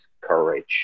courage